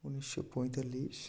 উনিশশো পঁয়তাল্লিশ